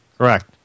Correct